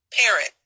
parent